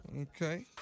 Okay